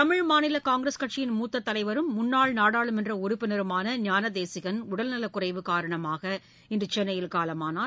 தமிழ் மாநிலகாங்கிரஸ் கட்சியின் மூத்ததலைவரும் முன்னாள் நாடாளுமன்றஉறுப்பினருமான ஞானதேசிகன் உடல்நலக்குறைவு காரணமாக இன்றுசென்னையில் காலமானார்